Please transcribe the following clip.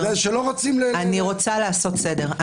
אני רוצה לעשות סדר.